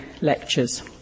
lectures